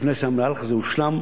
לפני שהמהלך הזה הושלם,